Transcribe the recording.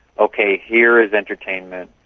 okay, here is entertainment,